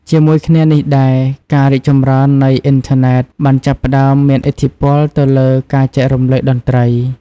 ជាមួយគ្នានេះដែរ ការរីកចម្រើននៃ អ៊ីនធឺណេត បានចាប់ផ្ដើមមានឥទ្ធិពលទៅលើការចែករំលែកតន្ត្រី។